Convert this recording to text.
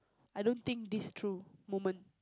I don't think this through moment